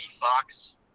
fox